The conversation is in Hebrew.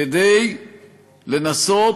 כדי לנסות